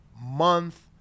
month